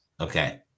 Okay